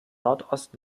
nordost